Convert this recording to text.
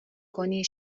کنی